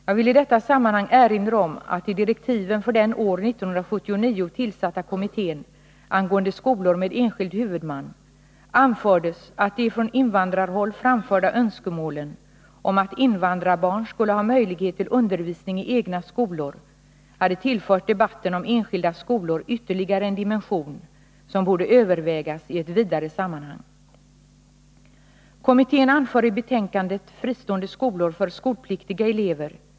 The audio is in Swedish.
Jag vill i detta sammanhang erinra om att i direktiven för den år 1979 tillsatta kommittén angående skolor med enskild huvudman anfördes, att de från invandrarhåll framförda önskemålen om att invandrarbarn skulle ha möjlighet till undervisning i egna skolor hade tillfört debatten om enskilda skolor ytterligare en dimension. som borde övervägas i ett vidare sammanhang. Kommittén anför i betänkandet Fristående skolor för skolpliktiga elever.